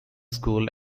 school